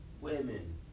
women